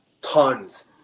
tons